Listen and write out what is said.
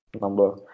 number